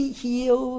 heal